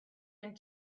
and